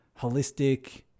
holistic